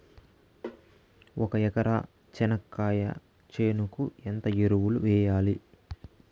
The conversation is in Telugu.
ఒక ఎకరా చెనక్కాయ చేనుకు ఎంత ఎరువులు వెయ్యాలి?